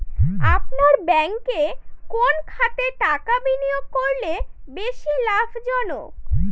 আপনার ব্যাংকে কোন খাতে টাকা বিনিয়োগ করলে বেশি লাভজনক?